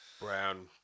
Brown